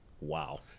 Wow